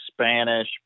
Spanish